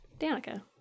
Danica